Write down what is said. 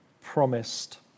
promised